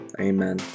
Amen